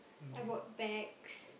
I bought bags